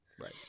Right